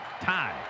Tied